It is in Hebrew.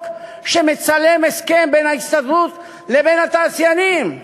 שמצלם הסכם בין ההסתדרות לבין התעשיינים.